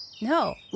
No